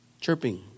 chirping